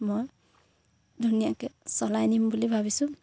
মই ধুনীয়াকে চলাই নিম বুলি ভাবিছোঁ